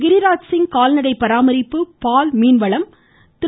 கிரிராஜ் சிங் கால்நடை பராமரிப்பு பால் மீன்வளம் திரு